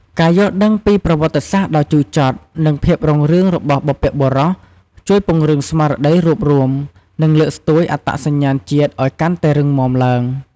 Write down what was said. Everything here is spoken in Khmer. ការយល់ដឹងពីប្រវត្តិសាស្ត្រដ៏ជូរចត់ និងភាពរុងរឿងរបស់បុព្វបុរស ជួយពង្រឹងស្មារតីរួបរួម និងលើកស្ទួយអត្តសញ្ញាណជាតិឲ្យកាន់តែរឹងមាំឡើង។